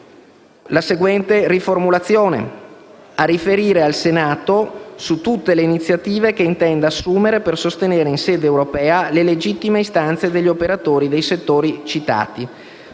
la seguente riformulazione: «a riferire al Senato su tutte le iniziative che intenda assumere per sostenere in sede europea le legittime istanze degli operatori dei settori citati».